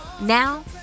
Now